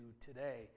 today